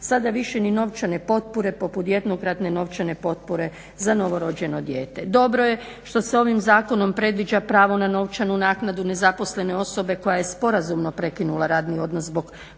Sada više ni novčane potpore poput jednokratne novčane potpore za novorođeno dijete. Dobro je što se ovim zakonom predviđa pravo na novčanu naknadu nezaposlene osobe koja je sporazumno prekinula radni odnos zbog